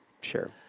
Sure